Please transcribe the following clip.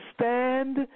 stand